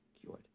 cured